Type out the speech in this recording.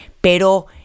Pero